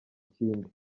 kindi